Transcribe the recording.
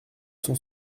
cent